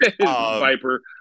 Viper